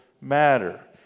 matter